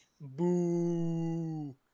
Boo